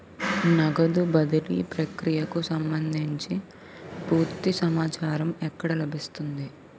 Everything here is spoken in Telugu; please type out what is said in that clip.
నగదు బదిలీ ప్రక్రియకు సంభందించి పూర్తి సమాచారం ఎక్కడ లభిస్తుంది?